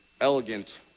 elegant